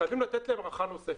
חייבים לתת להם הארכה נוספת.